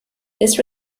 this